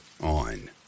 on